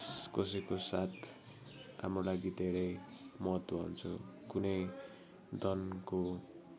कसैको साथ हाम्रो लागि तै महत्त्व हुन्छ कुनै धनको